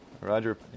Roger